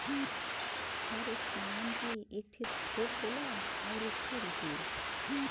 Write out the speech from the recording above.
हर एक सामान के एक ठे थोक होला अउर एक ठे रीटेल